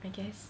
I guess